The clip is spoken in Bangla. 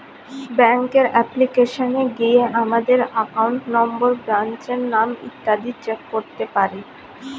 ব্যাঙ্কের অ্যাপ্লিকেশনে গিয়ে আমাদের অ্যাকাউন্ট নম্বর, ব্রাঞ্চের নাম ইত্যাদি চেক করতে পারি